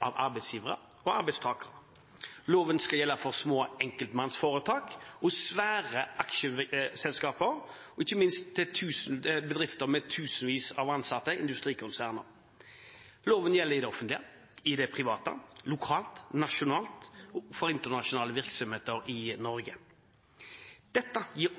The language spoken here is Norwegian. av arbeidsgivere og arbeidstakere. Loven skal gjelde for små enkeltmannsforetak og svære aksjeselskaper og, ikke minst, for bedrifter med tusenvis av ansatte; industrikonserner. Loven gjelder i det offentlige, i det private, lokalt, nasjonalt og for internasjonale virksomheter i Norge. Dette gir